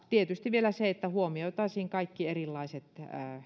tietysti on vielä se että huomioitaisiin kaikki erilaiset